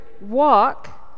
walk